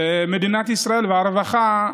ומדינת ישראל והרווחה,